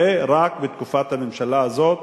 ורק בתקופת הממשלה הזאת,